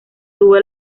tuvo